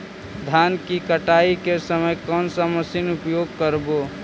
धान की कटाई के समय कोन सा मशीन उपयोग करबू?